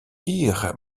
ire